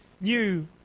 new